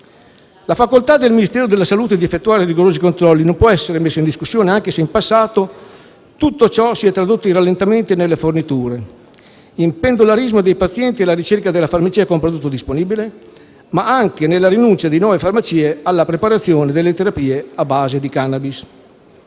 La facoltà del Ministero della salute di effettuare rigorosi controlli non può essere messa in discussione, anche se in passato tutto ciò si è tradotto in rallentamenti nelle forniture e in pendolarismo dei pazienti alla ricerca della farmacia con il prodotto disponibile, ma anche nella rinuncia di nuove farmacie alla preparazione delle terapie a base di *cannabis*.